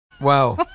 Wow